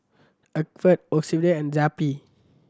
Accucheck Ocuvite and Zappy